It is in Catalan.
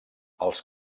els